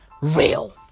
real